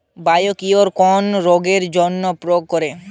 Biocure কোন রোগেরজন্য প্রয়োগ করে?